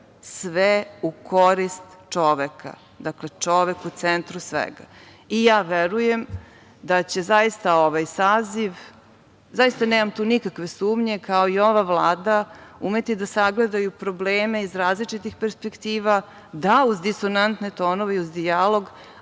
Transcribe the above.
sve u korist čoveka, dakle, čovek je u centru svega.I ja verujem da će zaista ovaj saziv, zaista nemam tu nikakve sumnje kao i ova Vlada umeti da sagledaju probleme iz različitih perspektiva, da uz disonantne tonove i uz dijalog,